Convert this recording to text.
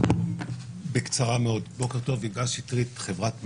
בוקר טוב, אני מחברת מסר.